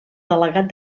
delegat